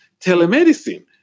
telemedicine